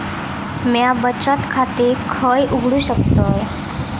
म्या बचत खाते खय उघडू शकतय?